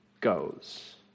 goes